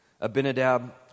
Abinadab